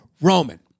Roman